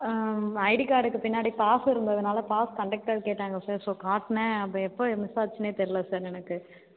ID கார்டுக்கு பின்னாடி pass இருந்ததுனால் பாஸ் கண்டெக்டர் கேட்டாங்க சார் ஸோ காட்டினேன் அப்போது எப்போது மிஸ் ஆச்சுன்னே தெரியல சார் எனக்கு